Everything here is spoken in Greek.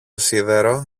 σίδερο